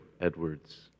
Edwards